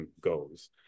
goes